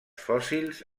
fòssils